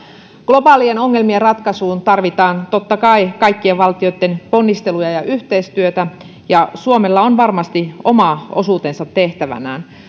globaalien ongelmien ratkaisuun tarvitaan totta kai kaikkien valtioitten ponnisteluja ja yhteistyötä ja suomella on varmasti oma osuutensa tehtävänään